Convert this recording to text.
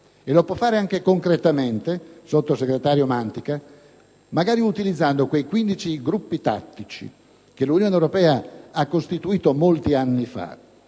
e lo può fare anche concretamente, sottosegretario Mantica, magari utilizzando quei 15 gruppi tattici che l'Unione europea ha costituito molti anni fa,